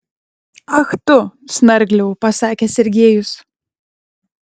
ach tu snargliau pasakė sergiejus